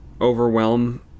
overwhelm